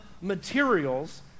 materials